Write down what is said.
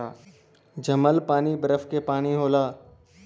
जमल पानी बरफ के पानी होला